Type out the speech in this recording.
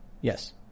Yes